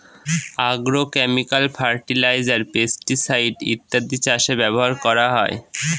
agrochemical fertiliser, pesticide ইত্যাদি চাষে ব্যবহার করা হয়